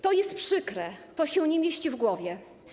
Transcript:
To jest przykre, to się nie mieści w głowie.